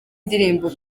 ndirimbo